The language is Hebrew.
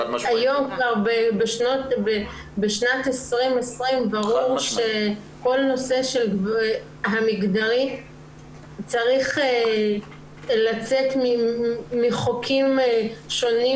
היום בשנת 2020 ברור שכל הנושא המגדרי צריך לצאת מחוקים שונים